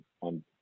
on